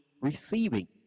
receiving